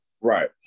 Right